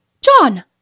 John